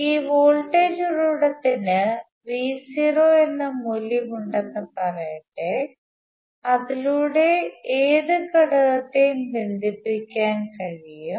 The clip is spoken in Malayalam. ഈ വോൾട്ടേജ് ഉറവിടത്തിന് Vo എന്ന മൂല്യമുണ്ടെന്ന് പറയട്ടെ അതിലൂടെ ഏത് ഘടകത്തെയും ബന്ധിപ്പിക്കാൻ കഴിയും